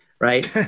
Right